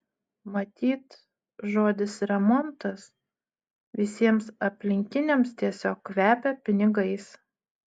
matyt žodis remontas visiems aplinkiniams tiesiog kvepia pinigais